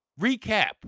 Recap